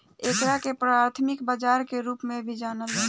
एकरा के प्राथमिक बाजार के रूप में भी जानल जाला